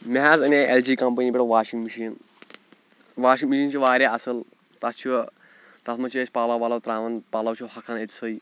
مےٚ حظ اَنے اٮ۪ل جی کَمپنی پٮ۪ٹھ واشنٛگ مِشیٖن واشنٛگ مِشیٖن چھِ واریاہ اَصٕل تَتھ چھُ تَتھ منٛز چھِ أسۍ پَلَو وَلَو ترٛاوان پَلَو چھِ ہۄکھان أتھۍ سٕے